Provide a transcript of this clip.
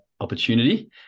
opportunity